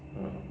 ya